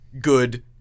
good